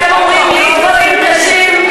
אתם אומרים לי דברים קשים.